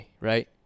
right